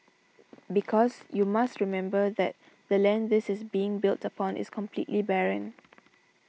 because you must remember that the land this is being built upon is completely barren